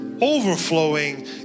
overflowing